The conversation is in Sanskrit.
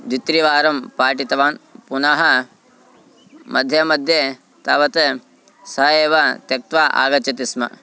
द्वित्रिवारं पाठितवान् पुनः मध्ये मध्ये तावत् सः एव त्यक्त्वा आगच्छति स्म